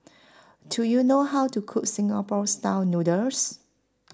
Do YOU know How to Cook Singapore Style Noodles